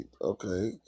okay